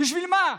בשביל מה,